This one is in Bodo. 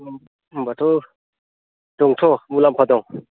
होम होमबाथ' दंथ' मुलाम्फा दं